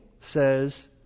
says